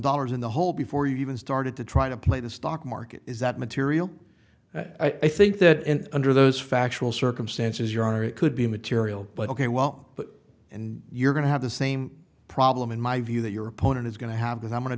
dollars in the hole before you even started to try to play the stock market is that material i think that under those factual circumstances your honor it could be immaterial but ok well and you're going to have the same problem in my view that your opponent is going to have that i'm going to